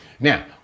Now